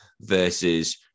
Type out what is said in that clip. versus